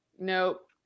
Nope